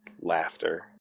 Laughter